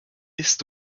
isst